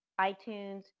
iTunes